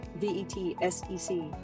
V-E-T-S-E-C